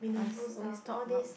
must always talk about